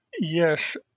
Yes